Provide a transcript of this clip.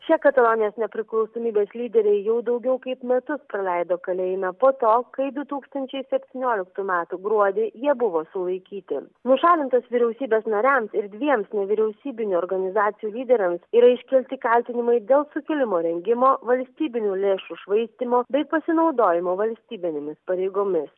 šie katalonijos nepriklausomybės lyderiai jau daugiau kaip metus praleido kalėjime po to kai du tūkstančiai septynioliktų metų gruodį jie buvo sulaikyti nušalintos vyriausybės nariams ir dviems nevyriausybinių organizacijų lyderiams yra iškelti kaltinimai dėl sukilimo rengimo valstybinių lėšų švaistymo bei pasinaudojimo valstybinėmis pareigomis